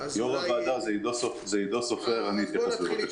ביחד איתי, אנחנו עובדים